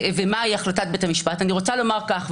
ומהי החלטת בית משפט, אני רוצה לומר כך.